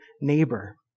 neighbor